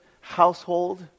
household